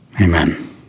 amen